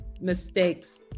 mistakes